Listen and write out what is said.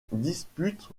dispute